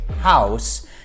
house